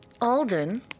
Alden